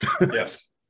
Yes